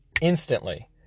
instantly